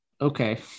okay